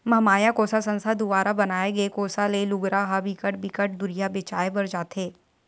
महमाया कोसा संस्था दुवारा बनाए गे कोसा के लुगरा ह बिकट बिकट दुरिहा बेचाय बर जाथे